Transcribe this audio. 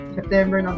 September